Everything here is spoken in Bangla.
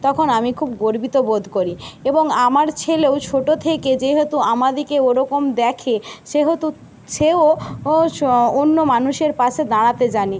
তখন আমি খুব গর্বিত বোধ করি এবং আমার ছেলেও ছোটো থেকে যেহেতু আমাদেরকে ওরকম দেখে সেহেতু সেও ও চ অন্য মানুষের পাশে দাঁড়াতে জানে